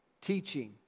teaching